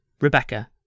Rebecca